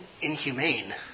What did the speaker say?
inhumane